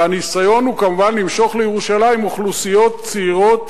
והניסיון הוא כמובן למשוך לירושלים אוכלוסיות צעירות,